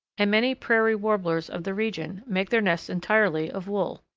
and many prairie warblers of the region make their nests entirely of wool.